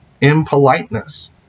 impoliteness